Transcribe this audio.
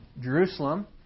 Jerusalem